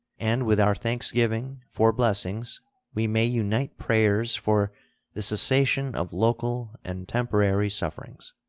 and with our thanksgiving for blessings we may unite prayers for the cessation of local and temporary sufferings.